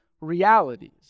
realities